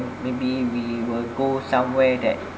maybe we will go somewhere that